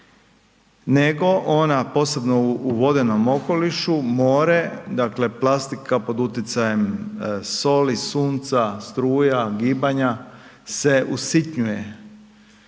nego ona posebno u vodenom okolišu, more, dakle plastika pod utjecajem soli, sunca, struja, gibanja se usitnjuje